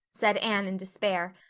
said anne in despair,